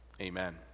Amen